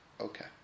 Okay